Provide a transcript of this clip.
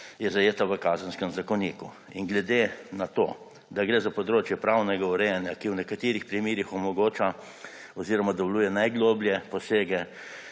je zajeta v Kazenskem zakoniku. Glede na to, da gre za področje pravnega urejanja, ki v nekaterih primerih omogoča oziroma dovoljuje najgloblje posege